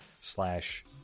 slash